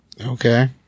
Okay